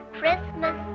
Christmas